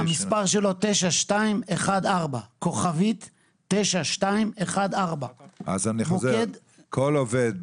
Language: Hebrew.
המספר שלו הוא כוכבית 9214. אז אני חוזר: כל עובד,